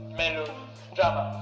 melodrama